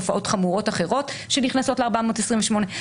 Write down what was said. תופעות חמורות אחרות שנכנסות ל-428.